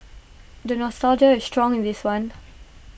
the nostalgia is strong in this one